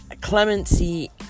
clemency